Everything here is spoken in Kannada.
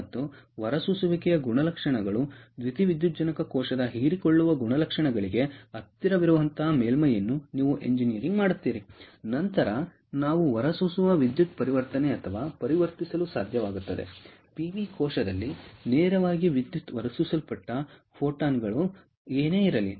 ಮತ್ತು ಹೊರಸೂಸುವಿಕೆಯ ಗುಣಲಕ್ಷಣಗಳು ದ್ಯುತಿವಿದ್ಯುಜ್ಜನಕ ಕೋಶದ ಹೀರಿಕೊಳ್ಳುವ ಗುಣಲಕ್ಷಣಗಳಿಗೆ ಹತ್ತಿರವಿರುವಂತಹ ಮೇಲ್ಮೈಯನ್ನು ನೀವು ಎಂಜಿನಿಯರ್ ಮಾಡುತ್ತೀರಿ ನಂತರ ನಾವು ಹೊರಸೂಸುವ ವಿದ್ಯುತ್ ಪರಿವರ್ತನೆ ಅಥವಾ ಪರಿವರ್ತಿಸಲು ಸಾಧ್ಯವಾಗುತ್ತದೆ ಪಿವಿ ಕೋಶದಲ್ಲಿ ನೇರವಾಗಿ ವಿದ್ಯುತ್ಗೆ ಹೊರಸೂಸಲ್ಪಟ್ಟ ಫೋಟಾನ್ಗಳು ಏನೇ ಇರಲಿ